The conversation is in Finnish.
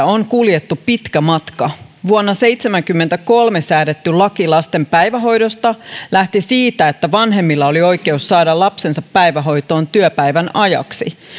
on kuljettu pitkä matka vuonna seitsemänkymmentäkolme säädetty laki lasten päivähoidosta lähti siitä että vanhemmilla oli oikeus saada lapsensa päivähoitoon työpäivän ajaksi